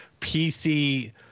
PC